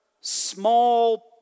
small